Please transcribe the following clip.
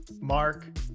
Mark